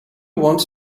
want